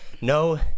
No